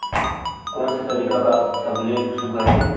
कोन से तरीका का सबले सुघ्घर हे?